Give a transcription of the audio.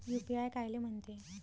UPI कायले म्हनते?